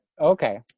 okay